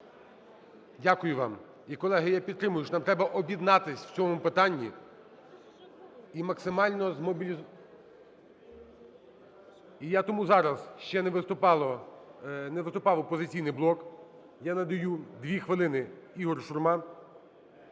Дякую вам. І, колеги, я підтримую, що нам треба об'єднатися в цьому питанні і максимально змобілізу… І я тому зараз, ще не виступав "Опозиційний блок", я надаю 2 хвилини. Ігор Шурма.